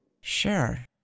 Sure